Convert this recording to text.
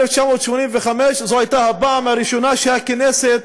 1985 זו הייתה הפעם הראשונה שהכנסת